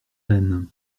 rênes